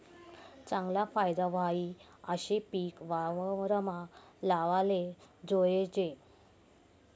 चागला फायदा व्हयी आशे पिक वावरमा लावाले जोयजे